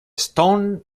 stone